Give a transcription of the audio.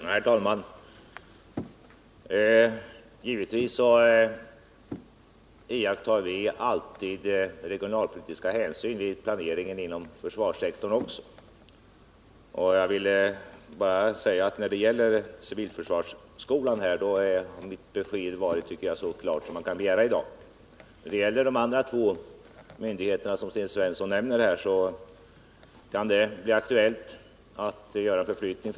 Herr talman! Givetvis tar vi alltid regionalpolitiska hänsyn vid planeringen inom försvarssektorn också. Jag vill bara säga att när det gäller civilförsvarsskolan i Skövde så har mitt besked varit så klart som man kan begära i dag. När det gäller de andra två institutionerna som Sten Svensson nämnde, kan det bli aktuellt att göra en förflyttning.